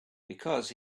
because